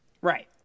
Right